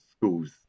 schools